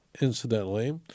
incidentally